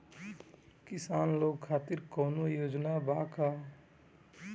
किसान लोग खातिर कौनों योजना बा का?